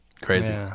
Crazy